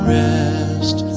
rest